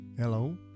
Hello